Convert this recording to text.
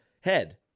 head